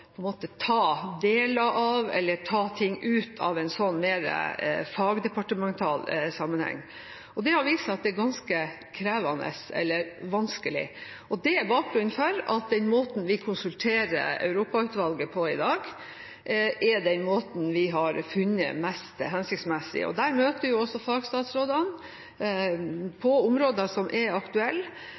ta ting ut av en sånn mer fagdepartemental sammenheng. Det har vist seg at det er ganske krevende eller vanskelig, og det er bakgrunnen for den måten vi konsulterer Europautvalget på i dag; det er den måten vi har funnet mest hensiktsmessig. Der møter fagstatsrådene på områder som er aktuelle.